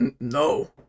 No